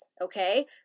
okay